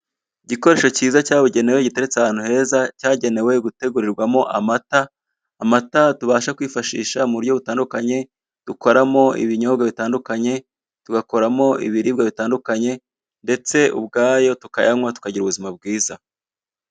Igikoresho cyiza cyabugenewe giteretse ahantu heza cyagenewe gutegurirwamo amata. Amata tubasha kwifashisha mu buryo butandukanye, dukoramo ibinyobwa bitandukanye, tugakoramo ibiribwa bitandukanye ndetse ubwayo tukayanywa tukagira ubuzima bwiza.